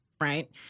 right